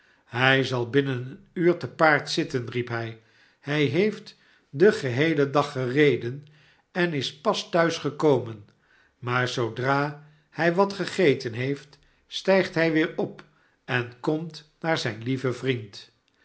hij zal binnen een uur te paard zitten riep hij hij heeft den geheelen dag gereden en is pas thuis gekomen maar zoodra hij wat gegeten heeft stijgt hij weer op en komt naar zijn lhven vriend